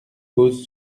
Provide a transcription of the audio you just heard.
pose